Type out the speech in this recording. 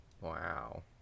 wow